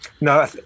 No